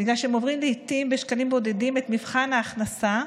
בגלל שהם עוברים לעיתים בשקלים בודדים את מבחן ההכנסה,